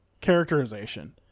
Characterization